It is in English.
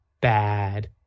bad